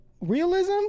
realism